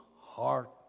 heart